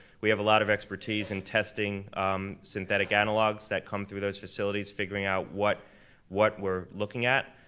we have a lot of expertise in testing synthetic analogs that come through those facilities, figuring out what what we're looking at.